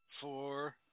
four